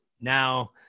Now